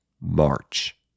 March